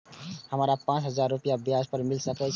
हमरा पाँच हजार रुपया ब्याज पर मिल सके छे?